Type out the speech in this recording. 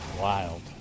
Wild